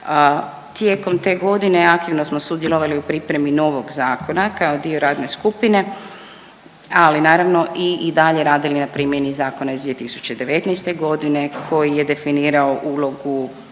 Tijekom te godine aktivno smo sudjelovali u pripremi novog zakona kao dio radne skupine, ali naravno i dalje radili na primjeni zakona iz 2019. godine koji je definirao ulogu